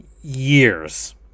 years